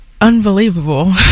unbelievable